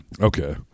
Okay